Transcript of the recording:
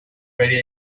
very